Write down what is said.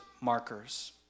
markers